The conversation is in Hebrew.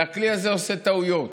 והכלי הזה עושה טעויות.